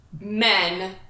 men